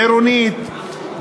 עירונית,